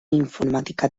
informática